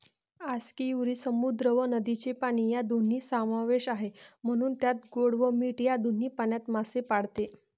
आस्कियुरी समुद्र व नदीचे पाणी या दोन्ही समावेश आहे, म्हणून त्यात गोड व मीठ या दोन्ही पाण्यात मासे पाळते